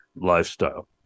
lifestyle